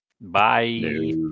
Bye